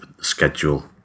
schedule